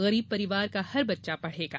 गरीब परिवार का हर बच्चा पढ़ेगा